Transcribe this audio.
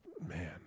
man